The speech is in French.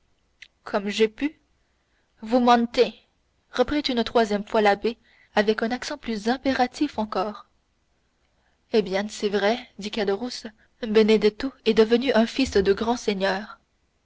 comme j'ai pu vous mentez reprit une troisième fois l'abbé avec un accent plus impératif encore caderousse terrifié regarda le comte vous avez vécu reprit celui-ci de l'argent qu'il vous a donné eh bien c'est vrai dit caderousse benedetto est devenu un fils de grand seigneur